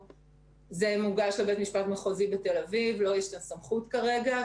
זה מוגש לבית המשפט המחוזי בתל אביב ולו יש את הסמכות לכך.